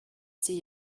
see